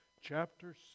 Chapter